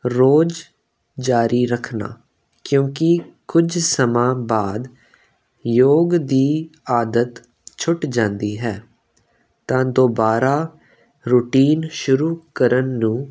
ਰੋਜ਼ ਜਾਰੀ ਰੱਖਣਾ ਕਿਉਂਕਿ ਕੁਝ ਸਮਾਂ ਬਾਅਦ ਯੋਗ ਦੀ ਆਦਤ ਛੁੱਟ ਜਾਂਦੀ ਹੈ ਤਾਂ ਦੁਬਾਰਾ ਰੂਟੀਨ ਸ਼ੁਰੂ ਕਰਨ ਨੂੰ